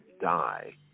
die